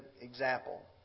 example